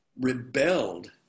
rebelled